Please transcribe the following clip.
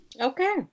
okay